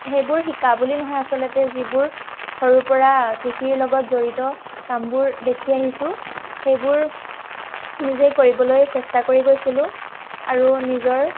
সেইবোৰ শিকা বুলি নহয় আচলতে যিবোৰ সৰুৰ পৰা কৃষিৰ লগত জড়িত কামবোৰ দেখি আহিছোঁ সেইবোৰ নিজে কৰিবলৈ চেষ্টা কৰি গৈছিলোঁ আৰু নিজৰ